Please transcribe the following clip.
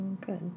Good